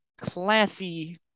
classy